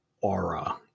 aura